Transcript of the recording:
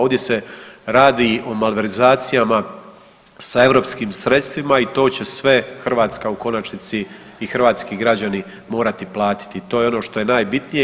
Ovdje se radi o malverzacijama sa europskim sredstvima i to će sve Hrvatska u konačnici i hrvatski građani morati platiti, i to je ono što je najbitnije.